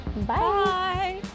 Bye